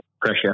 pressure